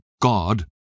God